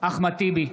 אחמד טיבי,